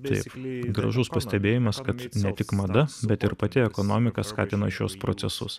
taip gražus pastebėjimas kad ne tik mada bet ir pati ekonomika skatina šiuos procesus